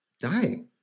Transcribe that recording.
dying